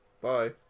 bye